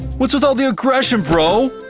what's with all the aggression, bro?